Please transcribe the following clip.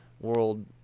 world